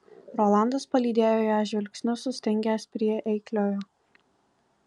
rolandas palydėjo ją žvilgsniu sustingęs prie eikliojo